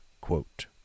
quote